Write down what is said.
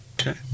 Okay